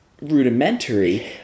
rudimentary